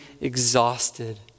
exhausted